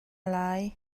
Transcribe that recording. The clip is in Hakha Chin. lai